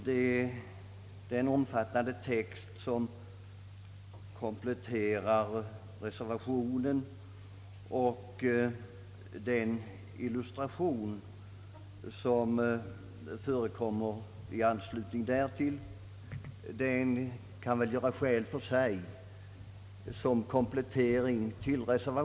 Den omfattande text som kompletterar reservationen och den illustration som förekommer i anslutning därtill kan väl göra skäl för sig i uttalandet.